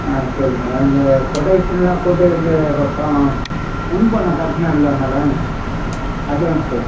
ஆ சரி மேடம் இந்த கொட்டேஷன்லாம் போட்டு இந்த பணம் முன்பணம் கட்டணும் இல்லை மேடம் அட்வான்ஸு